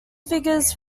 figures